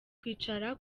kwicara